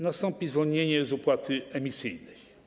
Nastąpi zwolnienie z opłaty emisyjnej.